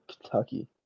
Kentucky